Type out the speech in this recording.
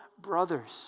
brothers